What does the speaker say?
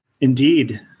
Indeed